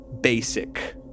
basic